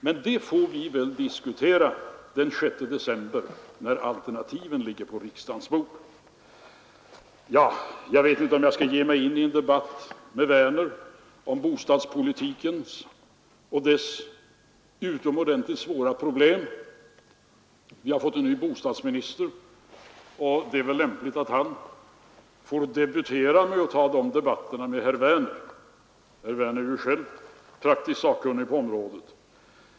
Men det får vi diskutera den 6 december när alternativen ligger på riksdagens bord. Jag vet inte om jag skall ge mig in i en debatt med herr Werner i Tyresö om bostadspolitiken och dess utomordentligt svåra problem. Vi har fått en ny bostadsminister, och det är väl lämpligt att han får debutera med att föra den debatten med herr Werner. Herr Werner är ju själv praktiskt sakkunnig på området.